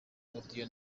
audio